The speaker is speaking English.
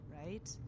right